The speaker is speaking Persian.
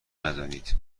ندانید